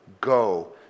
Go